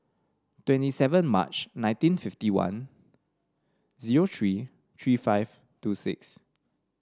twenty seven March nineteen fifty one zero three three five two six